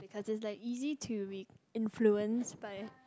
because it's like easy to re~ influence by